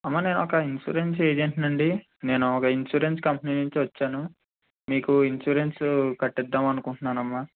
అమ్మ నేను ఒక ఇన్సూరెన్స్ ఏజెంట్నండి నేను ఒక ఇన్సూరెన్స్ కంపెనీ నుంచి వచ్చాను మీకు ఇన్సూరెన్స్ కట్టిద్దామనుకుంట్నానమ్మ